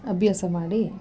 ಅಭ್ಯಾಸ ಮಾಡಿ